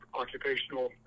occupational